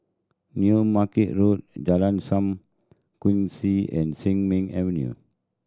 New Market Road Jalan Sam Kongsi and Sin Ming Avenue